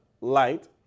light